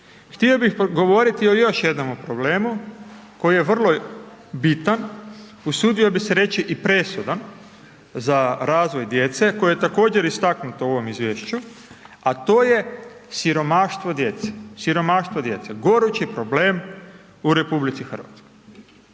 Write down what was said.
htio bi govoriti o još jednom problemu, koji je vrlo bitan, usudio bi se reći i presudan za razvoj djece, koje je također istaknuto u ovom izvješću, a to je siromaštvo djece, siromaštvo djece, gorući problem